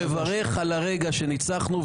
אני מברך על הרגע שניצחנו,